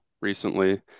recently